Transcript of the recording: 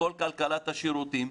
בכל כלכלת השירותים,